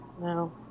No